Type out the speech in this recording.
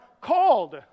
called